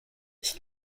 ich